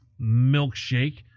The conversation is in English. milkshake